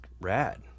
rad